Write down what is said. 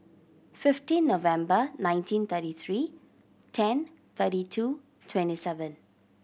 fifteen November nineteen thirty three ten thirty two twenty seven